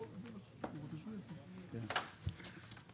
בוטא, אלה חברי כנסת.